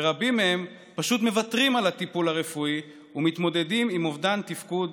ורבים מהם פשוט מוותרים על הטיפול הרפואי ומתמודדים עם אובדן תפקוד,